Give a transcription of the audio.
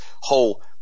whole